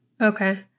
Okay